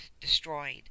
destroyed